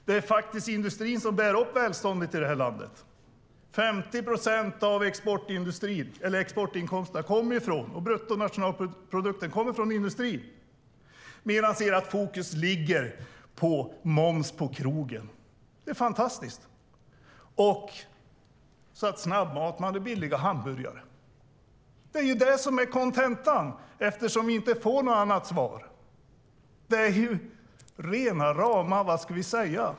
Det är faktiskt industrin som bär upp välståndet i det här landet - 50 procent av exportinkomsterna och bruttonationalprodukten kommer från industrin. Men ert fokus ligger på moms på krogen. Det är fantastiskt. Det ligger på snabbmat och billiga hamburgare. Det är det som är kontentan eftersom vi inte får något annat svar. Det är rena rama, ja, vad ska man säga?